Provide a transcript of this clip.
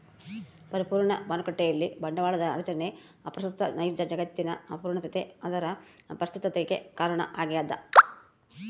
ಪರಿಪೂರ್ಣ ಮಾರುಕಟ್ಟೆಯಲ್ಲಿ ಬಂಡವಾಳದ ರಚನೆ ಅಪ್ರಸ್ತುತ ನೈಜ ಜಗತ್ತಿನ ಅಪೂರ್ಣತೆ ಅದರ ಪ್ರಸ್ತುತತಿಗೆ ಕಾರಣ ಆಗ್ಯದ